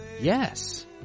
Yes